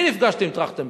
אני נפגשתי עם טרכטנברג.